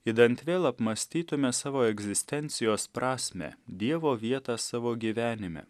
idant vėl apmąstytume savo egzistencijos prasmę dievo vietą savo gyvenime